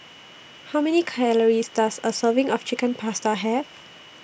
How Many Calories Does A Serving of Chicken Pasta Have